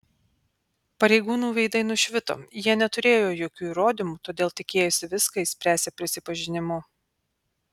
pareigūnų veidai nušvito jie neturėjo jokių įrodymų todėl tikėjosi viską išspręsią prisipažinimu